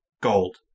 gold